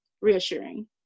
reassuring